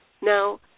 Now